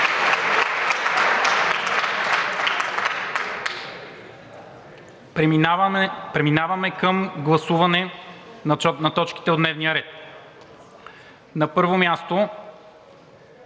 Преминаваме към гласуване на точките от дневния ред. На първо място: